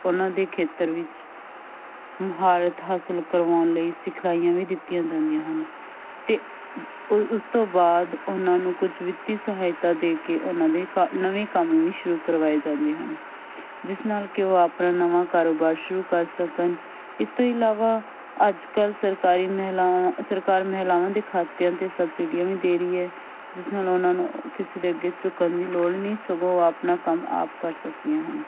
ਉਹਨਾਂ ਦੇ ਖੇਤਰ ਵਿੱਚ ਮੁਹਾਰਤ ਹਾਸਲ ਕਰਵਾਉਣ ਲਈ ਸਿਖਲਾਈਆਂ ਵੀ ਦਿੱਤੀਆਂ ਜਾਂਦੀਆਂ ਹਨ ਅਤੇ ਉ ਉਸ ਤੋਂ ਬਾਅਦ ਉਹਨਾਂ ਨੂੰ ਕੁਝ ਵਿੱਤੀ ਸਹਾਇਤਾ ਦੇ ਕੇ ਉਹਨਾਂ ਦੇ ਕ ਨਵੇਂ ਕੰਮ ਵੀ ਸ਼ੁਰੂ ਕਰਵਾਏ ਜਾਂਦੇ ਹਨ ਜਿਸ ਨਾਲ ਕਿ ਉਹ ਆਪਣਾ ਨਵਾਂ ਕਾਰੋਬਾਰ ਸ਼ੁਰੂ ਕਰ ਸਕਣ ਇਸ ਤੋਂ ਇਲਾਵਾ ਅੱਜ ਕੱਲ੍ਹ ਸਰਕਾਰੀ ਮਹਿਲਾਵਾਂ ਸਰਕਾਰ ਮਹਿਲਾਵਾਂ ਦੇ ਖਾਤਿਆਂ 'ਤੇ ਸਬਸਿਡੀਆਂ ਵੀ ਦੇ ਰਹੀ ਹੈ ਜਿਸ ਨਾਲ ਉਹਨਾਂ ਨੂੰ ਕਿਸੇ ਦੇ ਅੱਗੇ ਝੁੱਕਣ ਦੀ ਲੋੜ ਨਹੀਂ ਸਗੋਂ ਉਹ ਆਪਣਾ ਕੰਮ ਆਪ ਕਰ ਸਕਦੀਆਂ ਹਨ